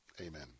Amen